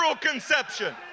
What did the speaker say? conception